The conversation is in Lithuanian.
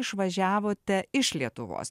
išvažiavote iš lietuvos